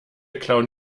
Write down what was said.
clown